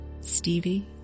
Stevie